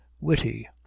witty